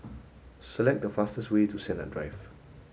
select the fastest way to Sennett Drive